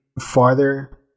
farther